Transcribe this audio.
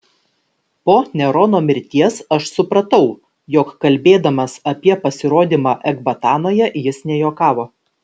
po nerono mirties aš supratau jog kalbėdamas apie pasirodymą ekbatanoje jis nejuokavo